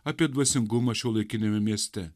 apie dvasingumą šiuolaikiniame mieste